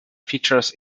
features